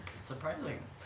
Surprising